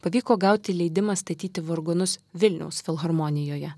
pavyko gauti leidimą statyti vargonus vilniaus filharmonijoje